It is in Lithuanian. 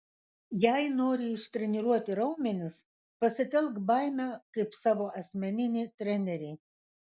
jei nori ištreniruoti raumenis pasitelk baimę kaip savo asmeninį trenerį